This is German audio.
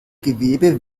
gewebe